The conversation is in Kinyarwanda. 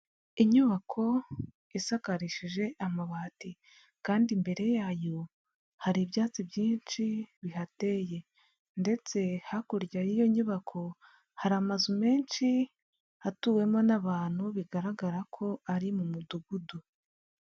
Inyubako isakarishije amabati kandi imbere yayo hari ibyatsi byinshi bihateye ndetse hakurya y'iyo nyubako hari amazu menshi atuwemo n'abantu, bigaragara ko ari mu mudugudu.